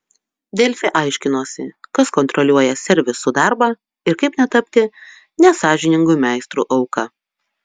delfi aiškinosi kas kontroliuoja servisų darbą ir kaip netapti nesąžiningų meistrų auka